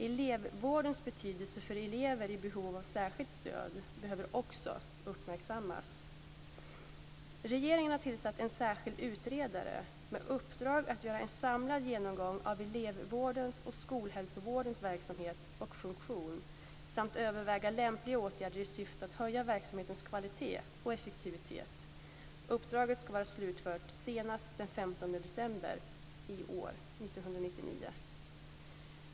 Elevvårdens betydelse för elever i behov av särskilt stöd behöver också uppmärksammas. Regeringen har tillsatt en särskild utredare med uppdrag att göra en samlad genomgång av elevvårdens och skolhälsovårdens verksamhet och funktion samt överväga lämpliga åtgärder i syfte att höja verksamhetens kvalitet och effektivitet. Uppdraget ska vara slutfört senast den 15 december 1999.